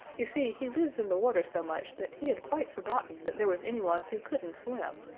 you see he lives in the water so much that he had quite forgotten that there was anyone who couldn't swim,